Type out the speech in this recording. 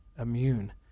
immune